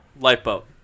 Lifeboat